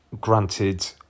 granted